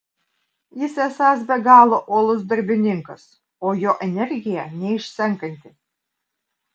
jis esąs be galo uolus darbininkas o jo energija neišsenkanti